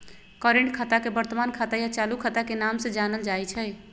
current खाता के वर्तमान खाता या चालू खाता के नाम से जानल जाई छई